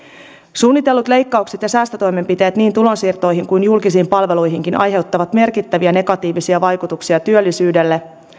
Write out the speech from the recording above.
suunnitellut leikkaukset ja säästötoimenpiteet niin tulonsiirtoihin kuin julkisiin palveluihinkin aiheuttavat merkittäviä negatiivisia vaikutuksia työllisyyteen